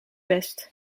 best